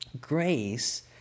grace